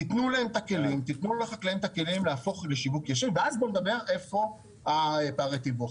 תתנו להם את הכלים להפוך לשיווק ישיר ואז בואו נדבר איפה הפערי תיווך,